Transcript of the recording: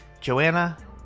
Joanna